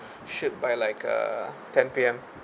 ship by like uh ten P_M